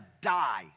die